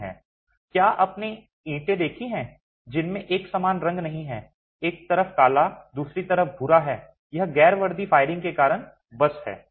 क्या आपने ईंटें देखी हैं जिनमें एक समान रंग नहीं है एक तरफ काला और दूसरी तरफ भूरा भूरा है यह गैर वर्दी फायरिंग के कारण बस है